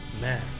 man